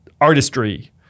artistry